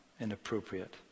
inappropriate